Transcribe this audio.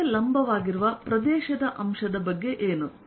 theta ಗೆ ಲಂಬವಾಗಿರುವ ಪ್ರದೇಶದ ಅಂಶದ ಬಗ್ಗೆಏನು